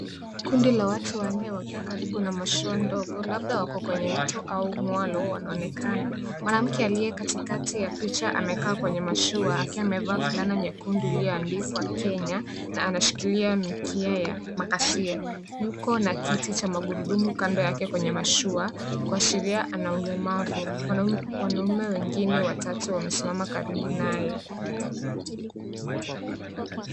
Kundi la watu wanne wakiwa karibu na mashua ndogo, labda wako kwenye mto au mwalo wanaonekana. Mwanamke aliye katikati ya picha amekaa kwenye mashua akiwa amevaa fulana nyekundu iliyoandikwa Kenya na anashikilia mikia ya makasia. Yuko na kiti cha maguruduma kando yake kwenye mashua kuashiria ana ulemavu. Wanaume wengine watatu wamesima karibu naye.